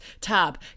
Tab